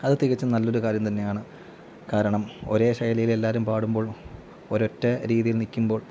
അത് തികച്ചും നല്ലൊരു കാര്യം തന്നെയാണ് കാരണം ഒരേ ശൈലിയിലെല്ലാരും പാടുമ്പോൾ ഒരൊറ്റ രീതിയിൽ നില്ക്കുമ്പോൾ